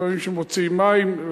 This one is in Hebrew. לפעמים מוציאים מים,